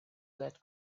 that